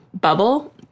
bubble